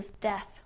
death